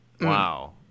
Wow